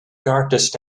darkest